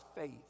faith